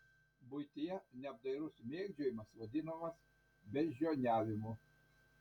buityje neapdairus mėgdžiojimas vadinamas beždžioniavimu